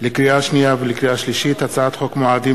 לקריאה שנייה ולקריאה שלישית: הצעת חוק מועדים